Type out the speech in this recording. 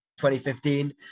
2015